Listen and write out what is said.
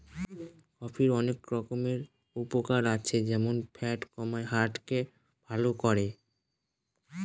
কফির অনেক রকমের উপকারে আছে যেমন ফ্যাট কমায়, হার্ট কে ভালো করে